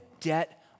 debt